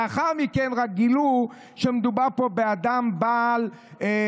לאחר מכן רק גילו שמדובר באדם עם בעיה